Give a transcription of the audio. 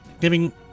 Giving